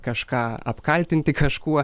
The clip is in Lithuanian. kažką apkaltinti kažkuo